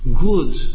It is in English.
good